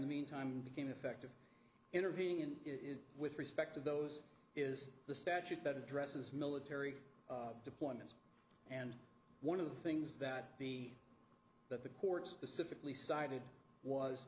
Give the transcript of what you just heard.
the meantime became effective intervening in it with respect to those is the statute that addresses military deployments and one of the things that the that the courts pacifically cited was